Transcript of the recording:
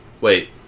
Wait